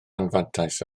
anfantais